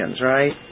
right